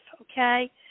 okay